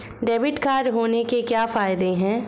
Debit card होने के क्या फायदे हैं?